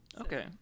Okay